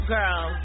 Girl